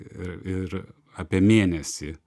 ir ir apie mėnesį